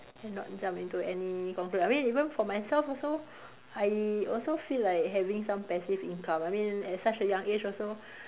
and not jump into any conclusions I mean even for myself also I also feel like having some passive income I mean at such a young age also